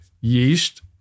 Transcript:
yeast